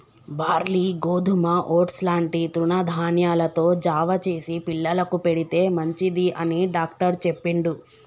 barley గోధుమ oats లాంటి తృణ ధాన్యాలతో జావ చేసి పిల్లలకు పెడితే మంచిది అని డాక్టర్ చెప్పిండు